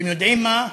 אתם יודעים מה?